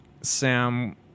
Sam